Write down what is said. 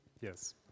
Yes